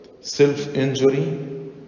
self-injury